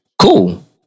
Cool